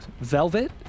Velvet